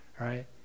right